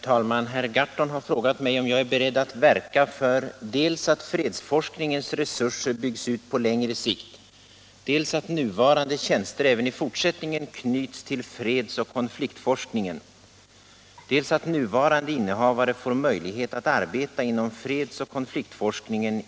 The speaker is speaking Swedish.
Den samhällsvetenskapliga fredsoch konfliktforskningen är f. n. företrädd med en forskarassistenttjänst vid vart och ett av universiteten i Göteborg, Lund och Uppsala.